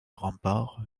remparts